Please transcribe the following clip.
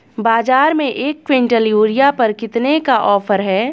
बाज़ार में एक किवंटल यूरिया पर कितने का ऑफ़र है?